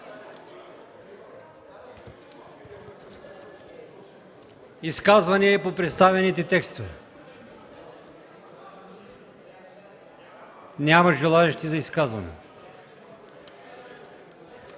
изказвания по представените текстове? Няма желаещи за изказване.